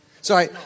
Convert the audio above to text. Sorry